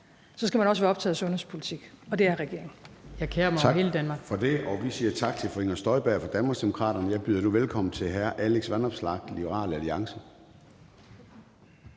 skal man også være optaget af sundhedspolitik, og det er regeringen. (Inger Støjberg (DD):